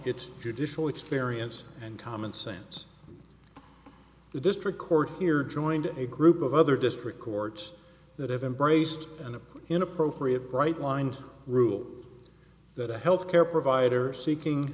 its judicial experience and common sense the district court here joined a group of other district courts that have embraced and inappropriate bright line rule that a health care provider is seeking